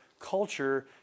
culture